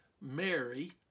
Mary